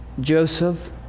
Joseph